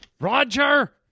roger